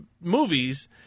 movies